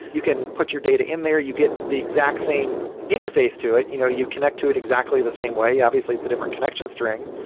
you can put your data in there. you get the exact same interface to it. you know you connect to it exactly the same way. obviously, it's a different connection string.